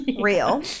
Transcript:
real